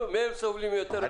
אנחנו מהם סובלים יותר.